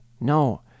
No